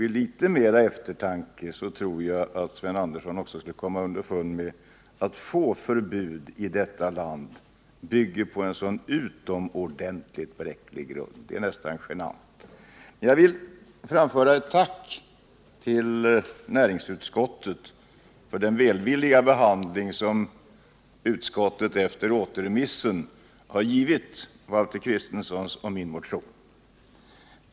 Jag tror att Sven Andersson vid litet närmare eftertanke också skulle komma underfund med att få förbud här i landet vilar på en så utomordentligt bräcklig grund som detta. Det är nästan genant. Jag vill framföra ett tack till näringsutskottet för den välvilliga behandling som utskottet efter återremissen givit Valter Kristensons och min motion.